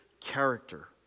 character